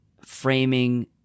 framing